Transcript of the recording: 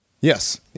Yes